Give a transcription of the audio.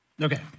Okay